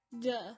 Duh